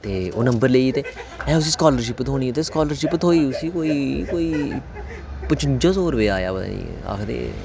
ते ओह् नम्बर लेई गेई ते ओह् उसी स्कालरशिप थ्होनी स्कालरशिप थ्होई उसी कोई पचुंजा सो रपेआ आखदे